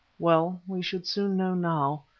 well, we should soon know now.